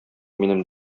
минем